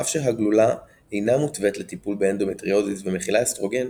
אף שהגלולה אינה מתווית לטיפול באנדומטריוזיס ומכילה אסטרוגן,